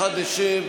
חבר הכנסת שחאדה, שב.